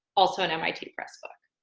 also on mit press book.